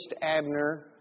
Abner